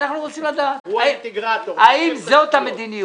אנחנו רוצים לדעת האם זאת המדיניות.